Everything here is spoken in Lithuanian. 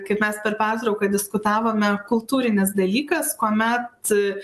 kaip mes per pertrauką diskutavome kultūrinis dalykas kuomet